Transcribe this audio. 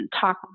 talk